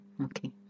Okay